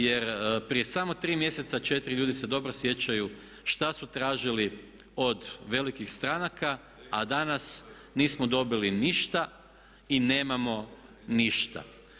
Jer prije samo tri mjeseca ljudi se dobro sjećaju što su tražili od velikih stranaka, a danas nismo dobili ništa i nemamo ništa.